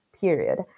Period